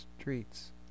streets